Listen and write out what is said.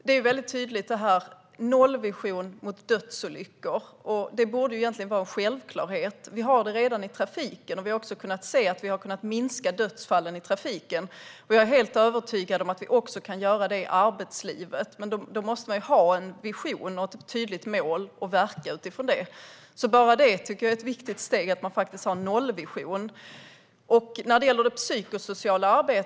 En nollvision när det gäller dödsolyckor borde egentligen vara en självklarhet. Vi har det redan i trafiken. Vi har också kunnat se att vi har kunnat minska dödsfallen i trafiken, och jag är helt övertygad om att vi kan minska dödsfallen också i arbetslivet. Men då måste man ha en vision och ett tydligt mål att verka utifrån. Bara det att man faktiskt har en nollvision tycker jag är ett viktigt steg.